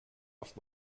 auf